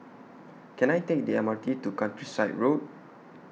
Can I Take The M R T to Countryside Road